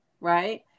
right